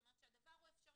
זאת אומרת שהדבר הוא אפשרי,